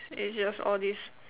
treasures all this